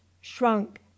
shrunk